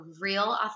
real